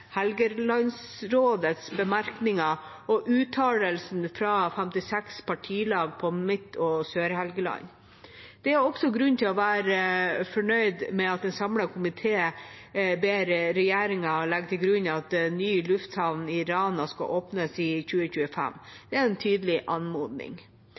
Helgelandsrådets bemerkninger og uttalelsen fra 56 partilag på Midt- og Sør-Helgeland. Det er også grunn til å være fornøyd med at en samlet komité ber regjeringa legge til grunn at ny lufthavn i Rana skal åpnes i